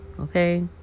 Okay